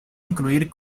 incluir